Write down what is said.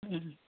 ꯎꯝ